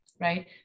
right